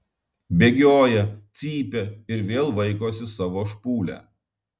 bėgioja cypia ir vėl vaikosi savo špūlę